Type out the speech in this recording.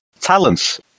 Talents